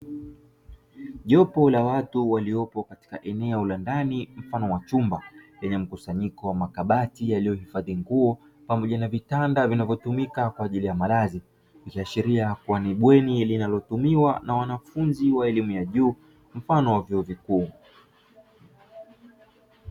Jopo la watu waliopo katika eneo la ndani mfano wa chumba lenye mkusanyiko wa makabati yaliyohifadhi nguo pamoja na vitanda vinavyotumika kwa ajili ya malazi, ikiashiria kuwa ni bweni linalotumiwa na wanafunzi wa elimu ya juu mfano wa vyuo vikuu.